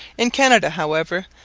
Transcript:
in canada, however,